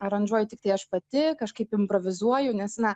aranžuoju tiktai aš pati kažkaip improvizuoju nes na